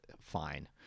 fine